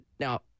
Now